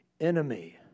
enemy